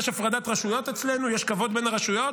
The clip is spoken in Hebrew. יש הפרדת רשויות אצלנו, יש כבוד בין הרשויות,